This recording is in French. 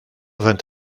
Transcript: vint